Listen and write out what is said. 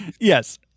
Yes